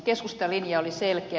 keskustan linja oli selkeä